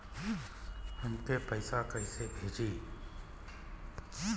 हमके पैसा कइसे भेजी?